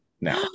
now